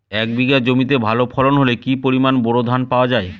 এক বিঘা জমিতে ভালো ফলন হলে কি পরিমাণ বোরো ধান পাওয়া যায়?